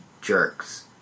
jerks